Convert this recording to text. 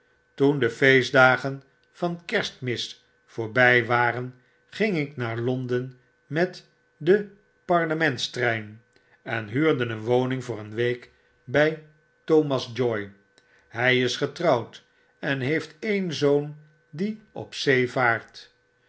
toen do feestdagen van kerstmis voorby waren ging ik naar londen met den parlementstrein en huurde een woning voor een week by thomas joy hy is getrouwd en heeft ee'n zoon die op